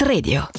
Radio